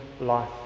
life